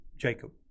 Jacob